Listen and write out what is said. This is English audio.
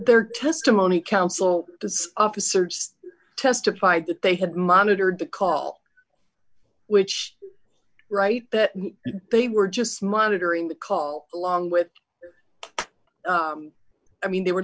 their testimony counsel disk officers testified that they had monitored the call which right that they were just monitoring the call along with i mean they were